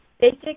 Basic